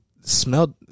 smelled